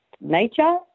nature